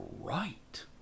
right